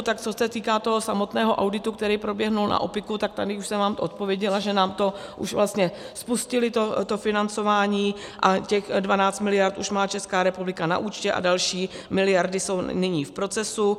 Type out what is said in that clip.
Tak co se týká toho samotného auditu, který proběhl na OP PIK, tak tady už jsem vám odpověděla, že nám to už vlastně spustili to financování a těch 12 mld. už má Česká republika na účtě a další miliardy jsou nyní v procesu.